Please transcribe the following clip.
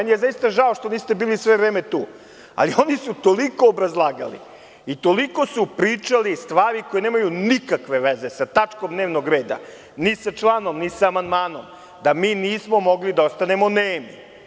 Žao mi je što niste bili sve vreme tu, ali oni su toliko obrazlagali i toliko su pričali stvari koje nemaju nikakve veze sa tačkom dnevnog reda, ni sa članom, ni sa amandmanom, da mi nismo mogli da ostanemo nemi.